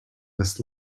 this